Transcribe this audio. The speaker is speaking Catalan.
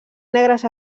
negres